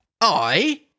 I